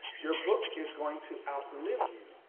your book is going to outlive you.